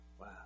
Wow